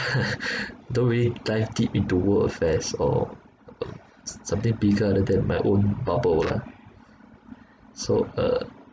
don't really dive deep into world affairs or uh something bigger other than my own bubble lah so uh